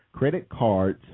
creditcards